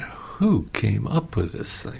who came up with this thing?